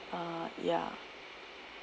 uh ya